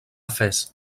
fes